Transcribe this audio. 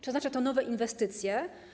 Czy oznacza to nowe inwestycje?